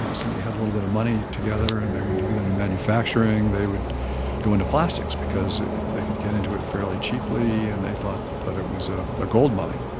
somebody had a little bit of money together and they wanted to get into manufacturing, they would go into plastics because they could get into it fairly cheaply and they thought that it was ah a goldmine,